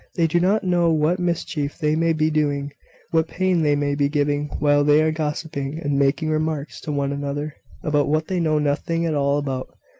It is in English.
they do not know what mischief they may be doing what pain they may be giving while they are gossiping, and making remarks to one another about what they know nothing at all about.